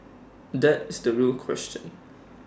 that is the real question